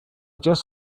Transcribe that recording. just